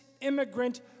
immigrant